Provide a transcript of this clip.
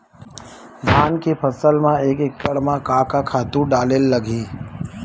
धान के फसल म एक एकड़ म का का खातु डारेल लगही?